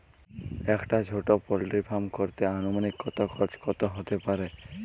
একটা ছোটো poultry farm করতে আনুমানিক কত খরচ কত হতে পারে?